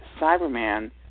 Cyberman